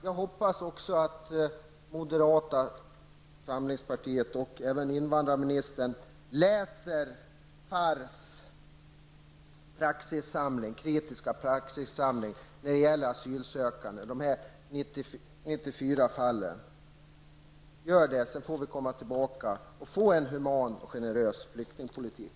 Jag hoppas också att moderata samlingspartiet och även invandrarministern läser FARRs kritiska praxissamling, de 94 fallen. Gör det, så får vi sedan komma tillbaka och skapa en human och generös flyktingpolitik!